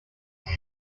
area